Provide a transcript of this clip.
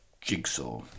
Jigsaw